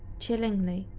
chillingly,